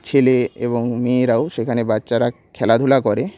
ছেলে এবং মেয়েরাও সেখানে বাচ্চারা খেলাধুলা করে